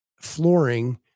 flooring